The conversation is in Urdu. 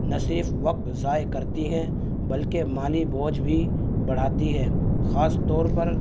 نہ صرف وقت ضائع کرتی ہیں بلکہ مالی بوجھ بھی بڑھاتی ہے خاص طور پر